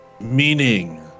Meaning